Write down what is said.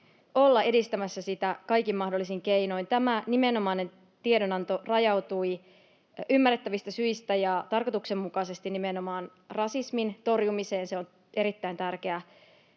olla edistämässä sitä kaikin mahdollisin keinoin. Tämä nimenomainen tiedon-anto rajautui ymmärrettävistä syistä ja tarkoituksenmukaisesti nimenomaan rasismin torjumiseen. Se on erittäin tärkeää.